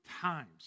times